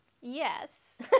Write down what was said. yes